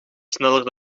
sneller